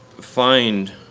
find